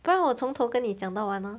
不然我从头跟你讲到完 orh